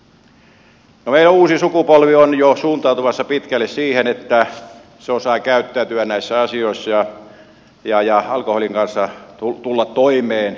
no meidän uusi sukupolvi on jo suuntautumassa pitkälti siihen että se osaa käyttäytyä näissä asioissa ja alkoholin kanssa tulla toimeen kohtuudella